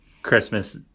Christmas